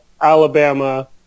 Alabama